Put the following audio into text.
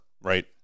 right